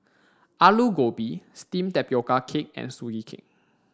Aloo Gobi steamed tapioca cake and Sugee Cake